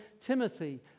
Timothy